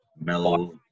mellow